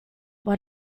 what